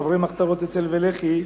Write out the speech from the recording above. חברי מחתרות אצ"ל ולח"י,